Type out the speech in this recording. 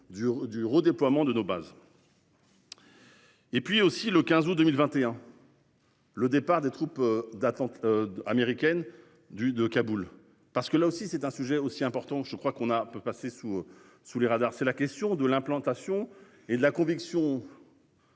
du redéploiement de nos bases. Et puis aussi le 15 août 2021. Le départ des troupes d'attente américaine du de Kaboul. Parce que là aussi c'est un sujet aussi important. Je crois qu'on a, on peut passer sous sous les radars. C'est la question de l'implantation et la conviction.